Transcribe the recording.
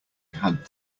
had